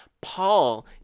Paul